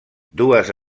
dues